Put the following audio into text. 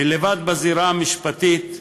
מלבד בזירה המשפטית,